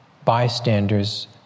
bystanders